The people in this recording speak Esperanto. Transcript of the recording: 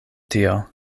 tio